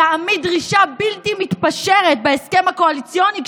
תעמיד דרישה בלתי מתפשרת בהסכם הקואליציוני,